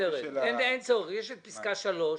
אין בה צורך, יש פסקה (3).